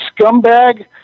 scumbag